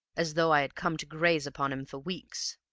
as though i had come to graze upon him for weeks!